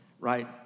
right